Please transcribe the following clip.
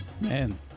Man